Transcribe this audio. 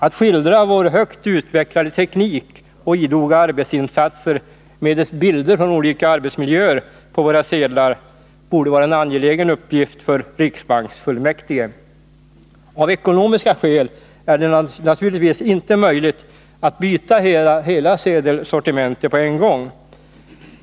Att skildra vår högt utvecklade teknik och idoga arbetsinsatser medelst bilder från olika arbetsmiljöer på våra sedlar borde vara en angelägen uppgift för riksbanksfullmäktige. Av ekonomiska skäl är det naturligtvis inte möjligt att byta hela sedelsortimentet på en gång.